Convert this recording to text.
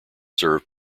served